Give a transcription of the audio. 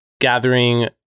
gathering